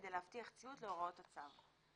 כדי להבטיח ציות להוראות הצו.